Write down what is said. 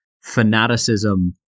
fanaticism